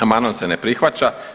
Amandman se ne prihvaća.